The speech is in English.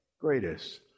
Greatest